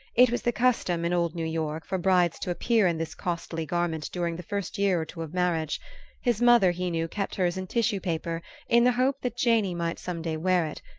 it was the custom, in old new york, for brides to appear in this costly garment during the first year or two of marriage his mother, he knew, kept hers in tissue paper in the hope that janey might some day wear it,